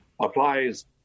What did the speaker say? applies